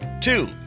Two